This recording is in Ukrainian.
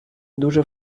дуже